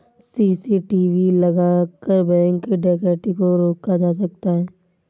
CCTV लगाकर bank डकैती को रोका जा सकता है